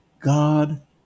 God